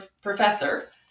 professor